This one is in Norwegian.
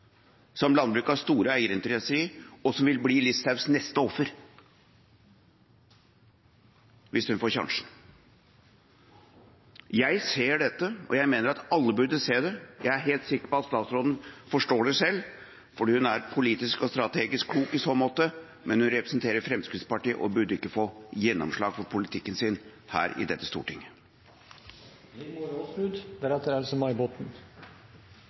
i landbruket, som landbruket har store eierinteresser i, og som vil bli Listhaugs neste offer, hvis hun får sjansen. Jeg ser dette, og mener at alle burde se det. Jeg er helt sikker på at statsråden forstår det selv, for hun er politisk og strategisk klok i så måte, men hun representerer Fremskrittspartiet og burde ikke få gjennomslag for politikken sin i dette